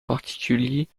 particulier